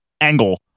Angle